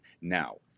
Now